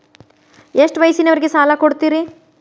ಎಷ್ಟ ವಯಸ್ಸಿನವರಿಗೆ ಸಾಲ ಕೊಡ್ತಿರಿ?